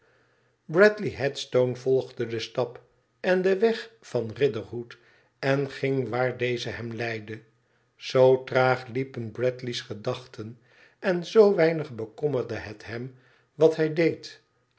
bradley headstone volgde den stap en den weg van riderhood en ging waar deze hem leidde o traag liepen bradley's gedachten en zoo weinig bekommerde het hem wat hij deed